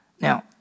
Now